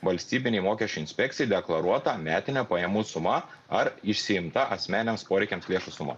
valstybinei mokesčių inspekcijai deklaruota metine pajamų suma ar išsiimta asmeniniams poreikiams lėšų suma